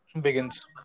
Begins